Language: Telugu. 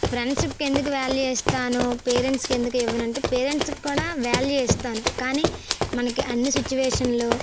ఫ్రెండ్షిప్ ఎందుకు వాల్యూ ఇస్తాను పేరెంట్స్కి ఎందుకు ఇవ్వను అంటే పేరెంట్స్కి కూడా వాల్యూ ఇస్తాను కానీ మనకి అన్ని సిచ్యువేషన్లలో